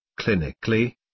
Clinically